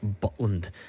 Butland